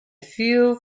few